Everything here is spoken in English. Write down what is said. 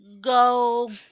go